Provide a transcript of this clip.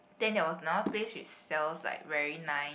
then there was another place which sells like very nice